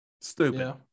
stupid